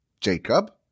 Jacob